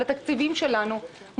על התקציבים שלנו,